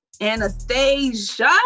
Anastasia